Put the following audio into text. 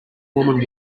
woman